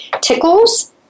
tickles